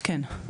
כן.